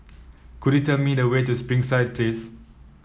could you tell me the way to Springside Place